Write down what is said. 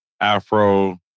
afro